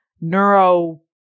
neuro